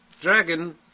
Dragon